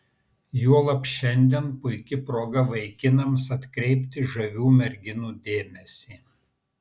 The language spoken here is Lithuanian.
juolab šiandien puiki proga vaikinams atkreipti žavių merginų dėmesį